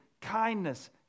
kindness